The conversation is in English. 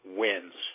wins